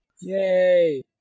Yay